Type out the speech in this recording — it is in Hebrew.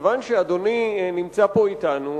כיוון שאדוני נמצא פה אתנו,